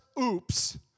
oops